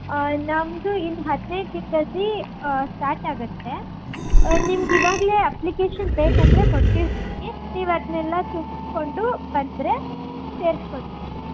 ನಮ್ಮದು ಇನ್ನು ಹದಿನೈದು ದಿನದಲ್ಲಿ ಸ್ಟಾರ್ಟ್ ಆಗತ್ತೆ ನಿಮಗಿವಾಗಲೇ ಅಪ್ಲಿಕೇಶನ್ ಬೇಕೆಂದರೆ ಕೊಟ್ಟಿರ್ತೀನಿ ನೀವು ಅದನ್ನೆಲ್ಲ ತುಂಬ್ಸ್ಕೊಂಡು ಬಂದರೆ ಸೇರಿಸಿಕೊಳ್ತೀವಿ ಮ್ಯಾಮ್